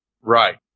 Right